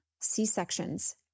C-sections